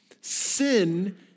sin